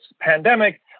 pandemic